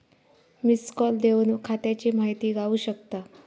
missed call देवन खात्याची माहिती गावू शकता